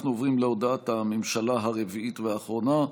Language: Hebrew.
אנחנו עוברים להודעת הממשלה הרביעית והאחרונה,